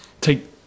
take